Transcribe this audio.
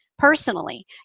personally